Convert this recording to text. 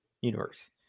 universe